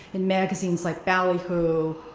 in magazines like ballyhoo,